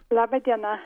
laba diena